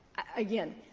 again,